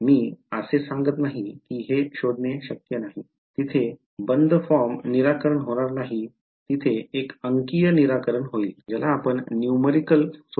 मी असे सांगत नाही की हे शोधणे शक्य नाही तिथे बंद फॉर्म निराकरण होणार नाही तेथे एक अंकीय निराकरण होईल